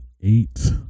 eight